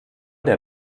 der